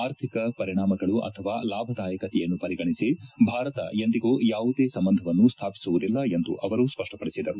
ಆರ್ಥಿಕ ಪರಿಣಾಮಗಳು ಅಥವಾ ಲಾಭದಾಯಕತೆಯನ್ನು ಪರಿಗಣಿಸಿ ಭಾರತ ಎಂದಿಗೂ ಯಾವುದೇ ಸಂಬಂಧವನ್ನು ಸ್ವಾಪಿಸುವುದಿಲ್ಲ ಎಂದು ಅವರು ಸ್ಪಷ್ಟಪಡಿಸಿದರು